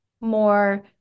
more